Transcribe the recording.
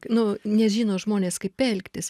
nu nežino žmonės kaip elgtis